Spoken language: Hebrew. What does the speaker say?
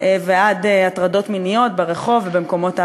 ועד הטרדות מיניות ברחוב ובמקומות העבודה?